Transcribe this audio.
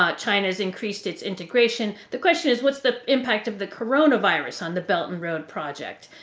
ah china has increased its integration. the question is what's the impact of the coronavirus on the belt and road project?